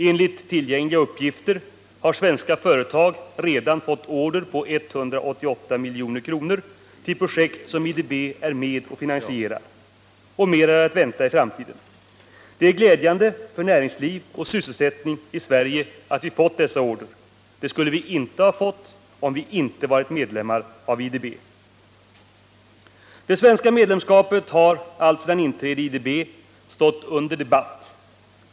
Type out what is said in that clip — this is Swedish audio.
Enligt tillgängliga uppgifter har svenska företag redan fått order på 188 milj.kr. till projekt som IDB är med om att finansiera och mer är att vänta i framtiden. Det är glädjande för näringsliv och sysselsättning i Sverige att vi fått dessa order. Vi skulle inte ha fått dem om vi inte varit medlem i IDB. Det svenska medlemskapet har alltsedan inträdet i IDB stått under debatt.